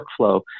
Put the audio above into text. workflow